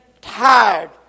Tired